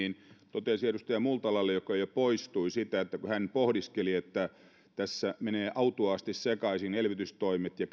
toteaisin edustaja multalalle joka jo poistui kun hän pohdiskeli sitä että kun tässä menevät autuaasti sekaisin elvytystoimet ja